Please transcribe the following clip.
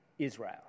Israel